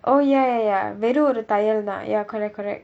oh ya ya ya வெறும் ஒரு தையல் தான்:verum oru thaiyal thaan ya correct correct